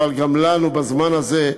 אבל גם לנו, בזמן הזה,